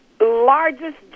largest